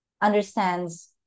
understands